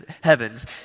heavens